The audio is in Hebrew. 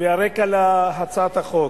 הרקע להצעת החוק: